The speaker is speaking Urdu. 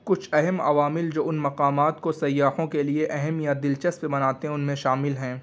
کچھ اہم عوامل جو ان مقامات کو سیاحوں کے لیے اہم یا دلچسپ بناتے ہیں ان میں شامل ہیں